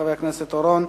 חבר הכנסת אורון,